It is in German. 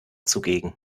zugegen